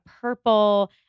purple